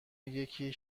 یکی